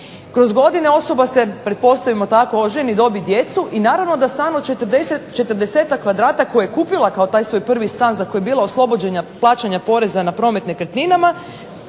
Kroz godine osoba se oženi i dobije djecu i naravno da stan od 40-tak kvadrata koje je kupila kao taj svoj prvi stan za koji je bila oslobođena plaćanja poreza na promet nekretninama